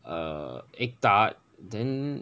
uh egg tart then